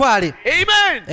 Amen